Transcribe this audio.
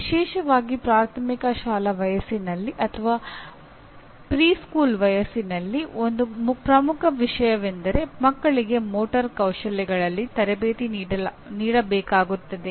ವಿಶೇಷವಾಗಿ ಪ್ರಾಥಮಿಕ ಶಾಲಾ ವಯಸ್ಸಿನಲ್ಲಿ ಅಥವಾ ಪ್ರಿ ಸ್ಕೂಲ್ ವಯಸ್ಸಿನಲ್ಲಿ ಒಂದು ಪ್ರಮುಖ ವಿಷಯವೆಂದರೆ ಮಕ್ಕಳಿಗೆ ಮೋಟಾರ್ ಕೌಶಲ್ಯಗಳಲ್ಲಿ ತರಬೇತಿ ನೀಡಬೇಕಾಗುತ್ತದೆ